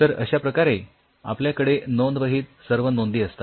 तर अश्या प्रकारे आपल्याकडे नोंदवहीत सर्व नोंदी असतात